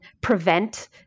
prevent